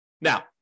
Now